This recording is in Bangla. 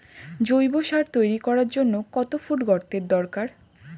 জৈব সার তৈরি করার জন্য কত ফুট গর্তের দরকার?